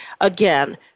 again